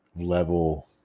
level